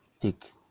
take